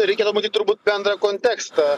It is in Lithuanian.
reikia numatyt turbūt bendrą kontekstą